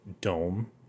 dome